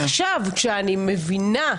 עכשיו, כשאני מבינה,